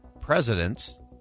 presidents